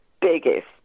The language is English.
biggest